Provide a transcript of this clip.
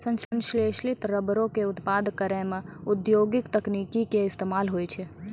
संश्लेषित रबरो के उत्पादन करै मे औद्योगिक तकनीको के इस्तेमाल होय छै